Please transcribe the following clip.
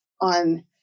on